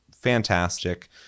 Fantastic